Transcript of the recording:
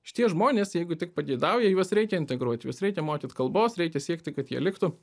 šitie žmonės jeigu tik pageidauja juos reikia integruoti juos reikia mokyt kalbos reikia siekti kad jie liktų